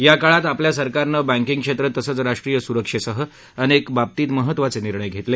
या काळात आपल्या सरकारनं बँकींग क्षेत्र तसंच राष्ट्रीय सुरक्षेसह अनेक बाबतीत महत्त्वाचे निर्णय घेतले